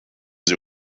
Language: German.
sie